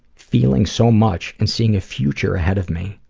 feeling so much and seeing a future ahead of me.